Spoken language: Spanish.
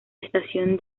estación